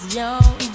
young